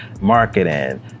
marketing